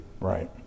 right